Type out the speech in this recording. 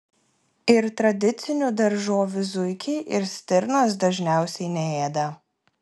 ir tradicinių daržovių zuikiai ir stirnos dažniausiai neėda